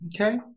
Okay